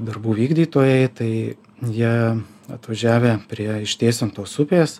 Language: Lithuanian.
darbų vykdytojai tai jie atvažiavę prie aikštės ant tos upės